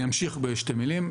אני אמשיך במספר מילים.